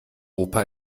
opa